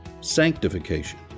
sanctification